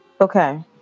Okay